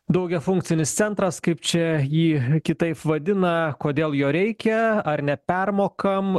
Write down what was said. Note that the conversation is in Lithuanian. daugiafunkcinis centras kaip čia jį kitaip vadina kodėl jo reikia ar nepermokam